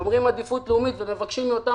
אומרים עדיפות לאומית ומבקשים מאותה